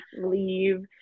Leave